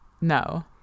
no